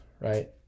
right